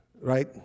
Right